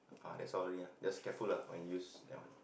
ah that's all ya just careful lah when use ya